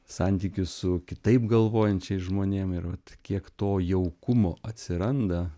santykių su kitaip galvojančiais žmonėm ir vat kiek to jaukumo atsiranda